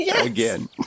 Again